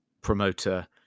promoter